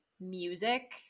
music